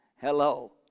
Hello